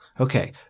Okay